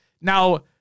Now